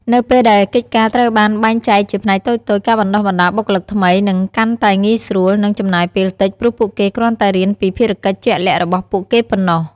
នៅពេលដែលកិច្ចការត្រូវបានបែងចែកជាផ្នែកតូចៗ ការបណ្តុះបណ្តាលបុគ្គលិកថ្មីនឹងកាន់តែងាយស្រួល និងចំណាយពេលតិច ព្រោះពួកគេគ្រាន់តែរៀនពីភារកិច្ចជាក់លាក់របស់ពួកគេប៉ុណ្ណោះ។